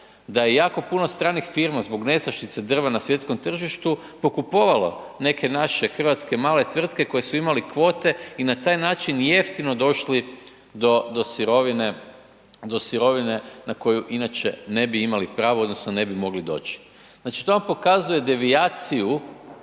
da je jako puno stranih firma zbog nestašice drva na svjetskom tržištu pokupovalo neke naše hrvatske male tvrtke koji su imali kvote i na taj način jeftino došli do sirovine na koju inače ne bi imali pravo odnosno ne mogli doći. Znači to vam pokazuje devijaciju